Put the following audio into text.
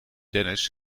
dennis